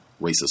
racist